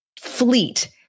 fleet